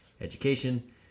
education